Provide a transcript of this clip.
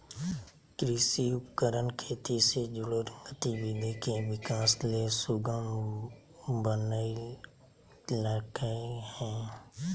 कृषि उपकरण खेती से जुड़ल गतिविधि के किसान ले सुगम बनइलके हें